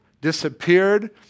disappeared